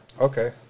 Okay